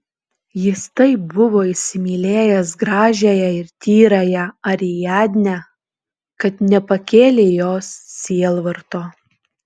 jis taip buvo įsimylėjęs gražiąją ir tyrąją ariadnę kad nepakėlė jos sielvarto